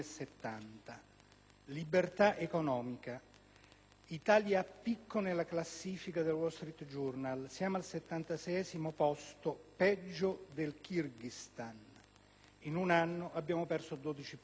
Libertà economica: Italia a picco nella classifica del «Wall Street Journal», siamo al 76° posto, peggio del Kirghizistan; in un anno abbiamo perso dodici posizioni.